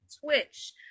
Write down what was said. Twitch